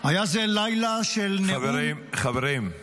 היה זה לילה של נאום --- חברים, חברים,